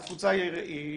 התפוצה היא רחבה.